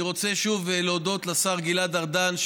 אני רוצה שוב להודות לשר גלעד ארדן,